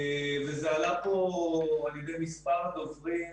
כפי שעלה פה על ידי מספר דוברים,